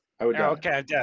Okay